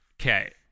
Okay